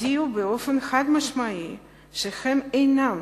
הודיעו באופן חד-משמעי שהם אינם